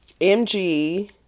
MG